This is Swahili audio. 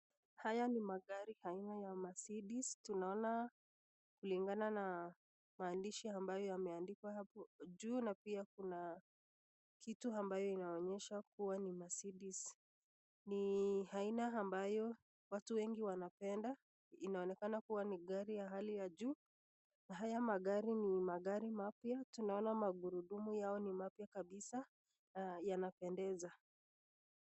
Haya ni magari aina ya Mercedes. Tunaona kulingana na maandishi ambayo yameandikwa hapo juu na pia kuna vitu ambayo inaonyesha kuwa ni Mercedes. Ni aina ambayo watu wengi wanapenda. Inaonekana kuwa ni gari ya hali ya juu. Haya magari ni magari mapya. Tunaona magurudumu yao ni mapya kabisa na yanapendeza.